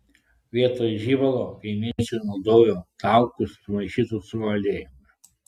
vietoj žibalo kaimiečiai naudojo taukus sumaišytus su aliejumi